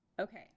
Okay